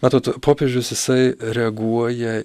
matot popiežius jisai reaguoja